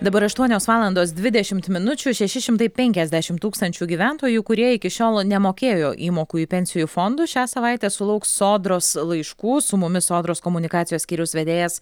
dabar aštuonios valandos dvidešimt minučių šeši šimtai penkiasdešim tūkstančių gyventojų kurie iki šiol nemokėjo įmokų į pensijų fondus šią savaitę sulauks sodros laiškų su mumis sodros komunikacijos skyriaus vedėjas